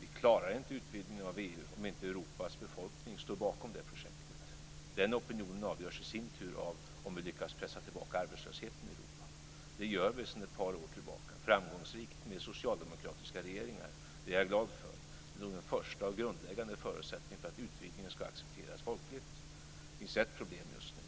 Vi klarar inte utvidgningen av EU om inte Europas befolkning står bakom det projektet. Den opinionen avgörs i sin tur av om vi lyckas pressa tillbaka arbetslösheten i Europa. Det gör vi sedan ett par år tillbaka framgångsrikt med socialdemokratiska regeringar. Det är jag glad över. Det är nog en första och grundläggande förutsättning för att utvidgningen ska accepteras folkligt. Det finns ett problem just nu.